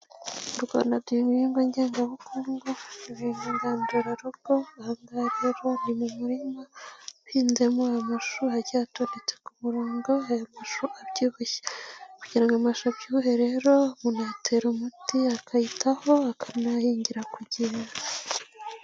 Mu Rwanda duhinga ibihingwa ngenga bukungu ,ni ibihingwa ngandura rugo, aha ngaha rero ni mu murima uhinzemo amashu ,agiye atondetse ku murongo ,hari amashu abyibushye. Kugira ngo amasha abyibuhe rero ,umuntu ayatera umuti, akayitaho akanayahingira ku gihe.